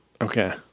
Okay